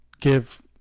give